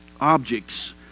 objects